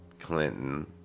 Clinton